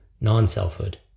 non-selfhood